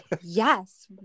yes